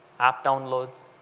app downloads,